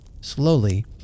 slowly